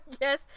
Yes